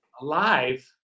Alive